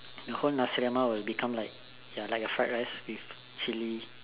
the whole nasi lemak will become like like a fried rice with chili